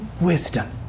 wisdom